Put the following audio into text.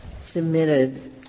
submitted